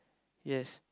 yes